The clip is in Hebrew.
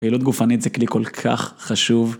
פעילות גופנית זה כלי כל כך חשוב.